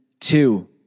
two